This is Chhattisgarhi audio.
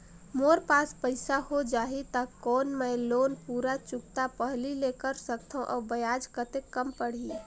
मोर पास पईसा हो जाही त कौन मैं लोन पूरा चुकता पहली ले कर सकथव अउ ब्याज कतेक कम पड़ही?